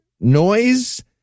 noise